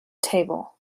table